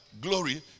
glory